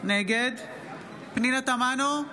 נגד פנינה תמנו,